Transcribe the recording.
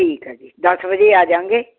ਠੀਕ ਆ ਜੀ ਦਸ ਵਜੇ ਆ ਜਾਂਗੇ